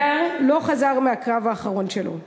" הדר, לא חזר מהקרב האחרון שלו,